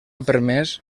permès